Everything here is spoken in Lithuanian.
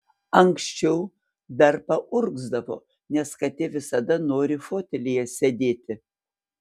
anksčiau dar paurgzdavo nes katė visada nori fotelyje sėdėti